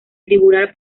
tribunal